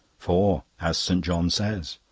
for, as st. john says,